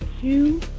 two